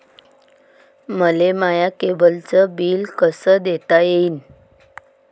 मले माया केबलचं बिल कस देता येईन?